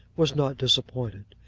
was not disappointed.